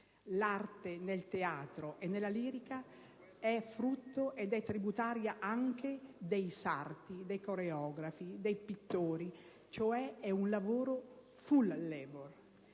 L'arte, nel teatro e nella lirica, è frutto ed è tributaria anche dei sarti, dei coreografi, dei pittori, e si può quindi definire